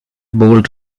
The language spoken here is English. bold